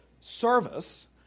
service